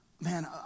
man